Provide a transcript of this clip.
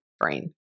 brain